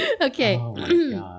okay